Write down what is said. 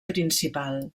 principal